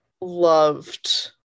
loved